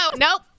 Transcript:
Nope